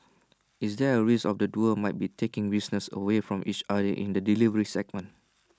is there A risk of the duo might be taking business away from each other in the delivery segment